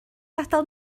gadael